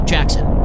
Jackson